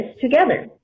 together